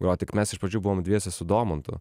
jo tik mes iš pradžių buvom dviese su domantu